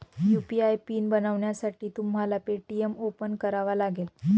UPI pin बनवण्यासाठी तुम्हाला Paytm open करावा लागेल